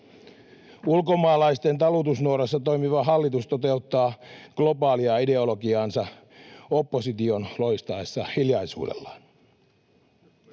Ulkomaalaisten talutusnuorassa toimiva hallitus toteuttaa globaalia ideologiaansa opposition loistaessa hiljaisuudellaan,